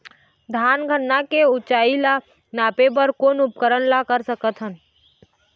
धान गन्ना के ऊंचाई ला नापे बर कोन उपकरण ला कर सकथन?